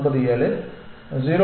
97 0